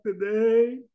today